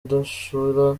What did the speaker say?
udashira